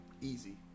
Easy